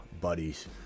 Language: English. buddies